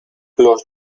los